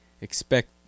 Expect